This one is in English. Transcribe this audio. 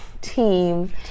team